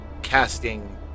casting